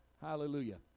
hallelujah